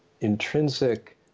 intrinsic